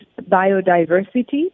biodiversity